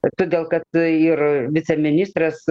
todėl kad ir viceministras